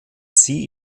sie